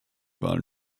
wahlen